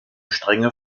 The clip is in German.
strenge